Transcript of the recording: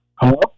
Hello